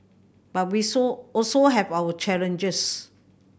but we so also have our challenges